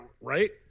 right